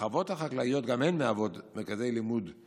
החוות החקלאיות גם הן מהוות מרכז לימודי